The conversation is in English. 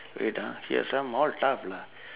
wait ah here some all tough lah